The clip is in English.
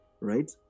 right